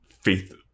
faith